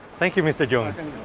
thank you, mr. cheung,